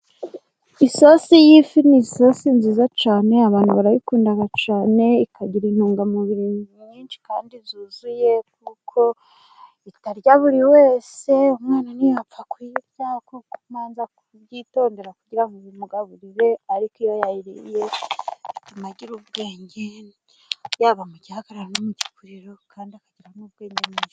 Isosi y'ifi ni isosi nziza cyane abantu barayikunda cyane, ikagira intungamubiri nyinshi kandi zuzuye, kuko itarya buri wese umwana ntiyapfa kuyirya, ni ukubanza kubyitondera kugira ngo uyimugaburire ariko iyo yayiriye agira ubwenge, yaba mu gihagararo no mu gikuriro kandi akagira n'ubwenge.